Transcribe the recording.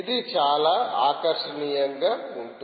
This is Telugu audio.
ఇది చాలా ఆకర్షణీయంగా ఉంటుంది